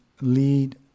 lead